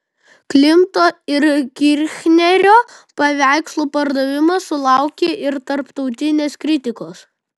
klimto ir kirchnerio paveikslų pardavimas sulaukė ir tarptautinės kritikos